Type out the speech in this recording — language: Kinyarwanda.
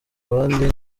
abandi